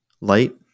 light